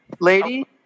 Lady